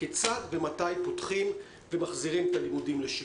כיצד ומתי פותחים ומחזירים את הלימודים לשגרה.